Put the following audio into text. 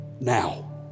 now